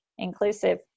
Inclusive